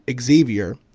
Xavier